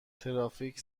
ترافیک